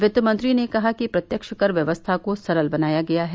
वित्तमंत्री ने कहा कि प्रत्यक्ष कर व्यवस्था को सरल बनाया गया है